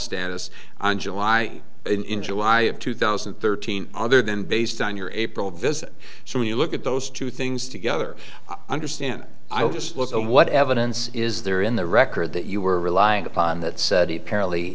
status on july in july of two thousand and thirteen other than based on your april visit so when you look at those two things together i understand i'll just look at what evidence is there in the record that you were relying upon that said he